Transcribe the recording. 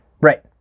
Right